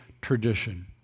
tradition